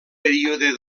període